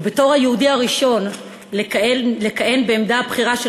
ובתור היהודי הראשון לכהן בעמדה בכירה של